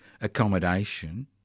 accommodation